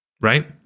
Right